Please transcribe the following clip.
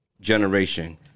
generation